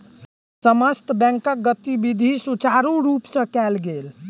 समस्त बैंकक गतिविधि सुचारु रूप सँ कयल गेल